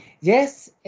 Yes